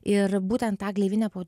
ir būten tą gleivinę po